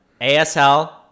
ASL